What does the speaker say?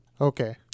Okay